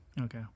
Okay